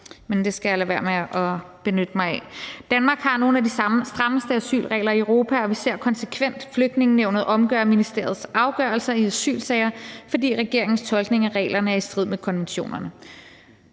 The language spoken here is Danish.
men det skal jeg lade være med at benytte mig af. Danmark har nogle af de strammeste asylregler i Europa, og vi ser konsekvent Flygtningenævnet omgøre ministeriets afgørelser i asylsager, fordi regeringens tolkning af reglerne er i strid med konventionerne.